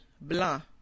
blanc